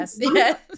yes